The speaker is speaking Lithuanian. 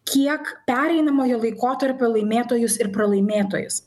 kiek pereinamojo laikotarpio laimėtojus ir pralaimėtojus